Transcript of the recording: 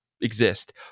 exist